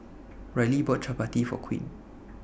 Rylie bought Chapati For Queen